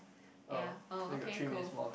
ya oh okay cool